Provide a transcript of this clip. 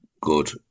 good